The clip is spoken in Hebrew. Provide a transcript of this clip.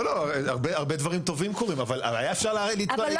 לא, הרבה דברים טובים קורים, אבל היה אפשר להתנגד.